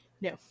No